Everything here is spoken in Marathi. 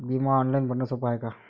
बिमा ऑनलाईन भरनं सोप हाय का?